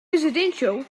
residential